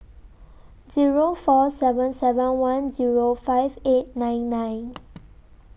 Zero four seven seven one Zero five eight nine nine